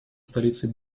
столицей